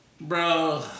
Bro